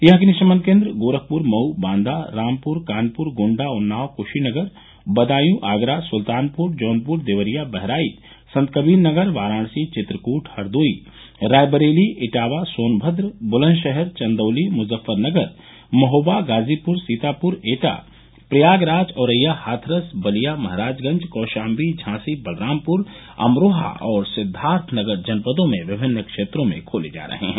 यह अग्निशमन केन्द्र गोरखपूर मऊ बांदा रामपूर कानपुर गोण्डा उन्नाव क्शीनगर बदायू आगरा सुल्तानपुर जौनपुर देवरिया बहराइच संतकबीरनगर वाराणसी चित्रकूट हरदोई रायबरेली इटावा सोनभद्र ब्लन्दशहर चन्दौली मुजफ्फरनगर महोबा गाजीपुर सीतापुर एटा प्रयागराज औरैया हाथरस बलिया महाराजगंज कौशाम्बी झांसी बलरामपुर अमरोहा और सिद्वार्थनगर जनपदों में विभिन्न क्षेत्रों में खोले जा रहे हैं